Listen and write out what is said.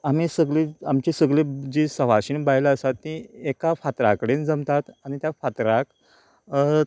आमी सगली आमचे सगली जी सवाशीण बायलां आसात ती एका फातरा कडेन जमतात आनी त्या फातराक